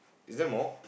is there more